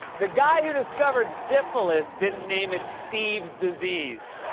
the guy who discovered syphilis didn't name it steve's disease.